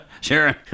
Sharon